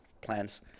plans